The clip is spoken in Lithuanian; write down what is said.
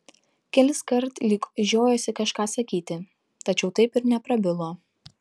keliskart lyg žiojosi kažką sakyti tačiau taip ir neprabilo